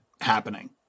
happening